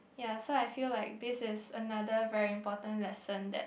ya so I feel like this is another very important lesson that